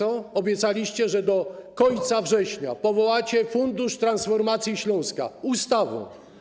Obiecaliście, że do końca września powołacie Fundusz Transformacji Śląska - ustawą.